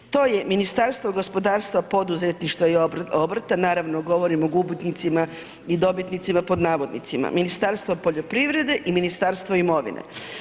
To je Ministarstvo gospodarstva, poduzetništva i obrta, naravno govorim o gubitnicima i dobitnicima pod navodnicima, Ministarstvo poljoprivrede i Ministarstvo imovine.